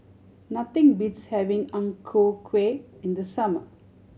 nothing beats having Ang Ku Kueh in the summer